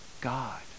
God